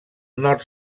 nord